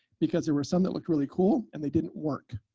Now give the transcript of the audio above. because there were some that looked really cool and they didn't work.